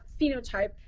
phenotype